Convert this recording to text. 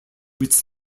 its